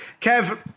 Kev